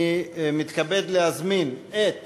אני מתכבד להזמין את